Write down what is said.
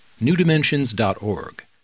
newdimensions.org